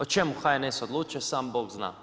O čemu HNS odlučuje sam Bog zna.